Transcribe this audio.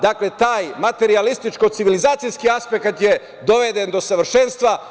Dakle, taj materijalističko-civilizacijski aspekat je dovede do savršenstva.